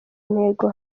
ntego